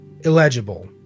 illegible